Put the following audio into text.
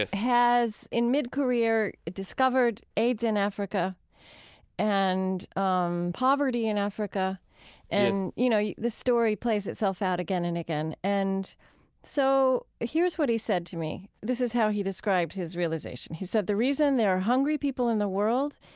ah has in mid-career discovered aids in africa and um poverty in africa and, you know, the story plays itself out again and again. and so here's what he said to me. this is how he described his realization. he said, the reason there are hungry people in the world,